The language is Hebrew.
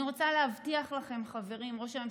אני רוצה להבטיח לכם, חברים: